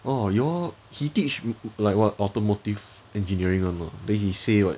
oh you all he teach like what automotive engineering [one] mah then he say what